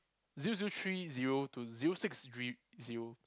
zero zero three zero to zero six dr~ zero